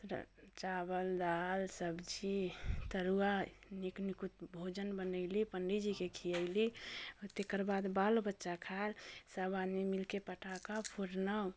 सभटा चावल दालि सब्जी तरुआ नीक निकुत भोजन बनैली पण्डित जीके खियैली तकर बाद बाल बच्चा खैल सभ आदमी मिलके पटाखा फोड़नौ